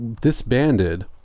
disbanded